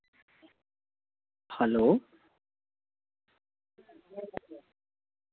hello